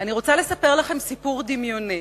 אני רוצה לספר לכם סיפור דמיוני.